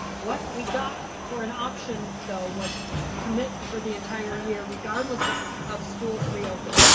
what we got for an option though was to commit for the entire year regardless of schools reopen.